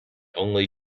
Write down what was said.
only